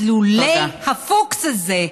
אז לולא הפוקס הזה,